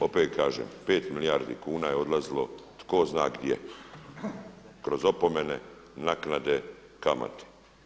Opet kažem, pet milijardi kuna je odlazilo tko zna gdje, kroz opomene, naknade, kamate.